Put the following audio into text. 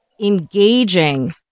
engaging